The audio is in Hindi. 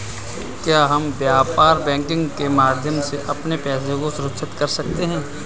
क्या हम व्यापार बैंकिंग के माध्यम से अपने पैसे को सुरक्षित कर सकते हैं?